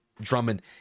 Drummond